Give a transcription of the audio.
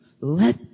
Let